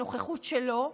הנוכחות שלו,